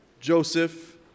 Joseph